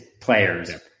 players